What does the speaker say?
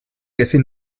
ezin